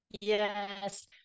Yes